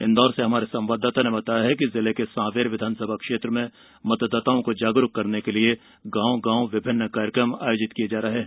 इंदौर से हमारे संवाददाता ने बताया है कि जिले के सांवेर विधानसभा क्षेत्र में मतदाताओं को जागरूक करने के लिए गांव गांव विभिन्न कार्यक्रम आयोजित किये जा रहे है